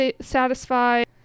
satisfied